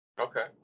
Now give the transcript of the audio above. Okay